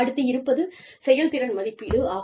அடுத்து இருப்பது செயல்திறன் மதிப்பீடு ஆகும்